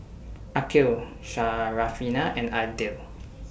Aqil Syarafina and Aidil